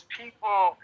people